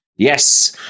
Yes